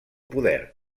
poder